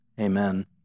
amen